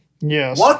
Yes